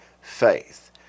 faith